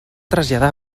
traslladar